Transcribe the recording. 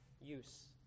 use